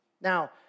Now